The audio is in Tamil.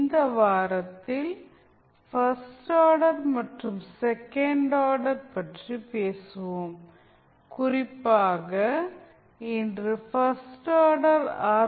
இந்த வாரத்தில் பர்ஸ்ட் ஆர்டர் மற்றும் செகண்ட் ஆர்டர் பற்றி பேசுவோம் குறிப்பாக இன்று பர்ஸ்ட் ஆர்டர் ஆர்